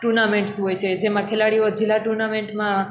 tournaments હોય છે જેમાં ખેલાડીઓ જિલ્લા ટુર્નામેંટમાં